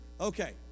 Okay